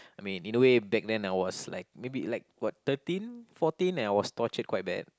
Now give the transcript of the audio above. I mean in a way back then I was like maybe like what thirteen fourteen and I was tortured quite bad